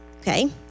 okay